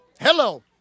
Hello